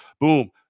Boom